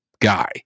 guy